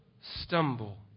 stumble